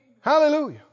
Hallelujah